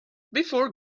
before